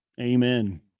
Amen